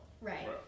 Right